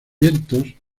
vientos